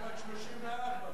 אתה